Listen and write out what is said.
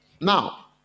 Now